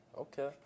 okay